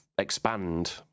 expand